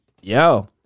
yo